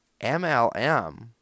MLM